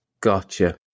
Gotcha